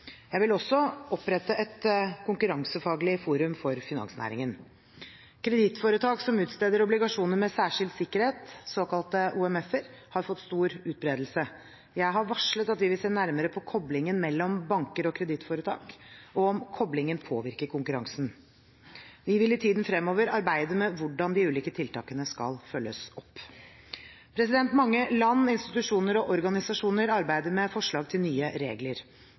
Jeg vil også opprette et konkurransefaglig forum for finansnæringen. Kredittforetak som utsteder obligasjoner med særskilt sikkerhet, såkalte OMF-er, har fått stor utbredelse. Jeg har varslet at vi vil se nærmere på koblingen mellom banker og kredittforetak, og om koblingen påvirker konkurransen. Vi vil i tiden fremover arbeide med hvordan de ulike tiltakene skal følges opp. Mange land, institusjoner og organisasjoner arbeider med forslag til nye regler.